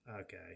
Okay